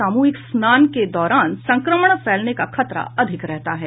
सामूहिक स्नान के दौरान संक्रमण फैलने का खतरा अधिक रहता है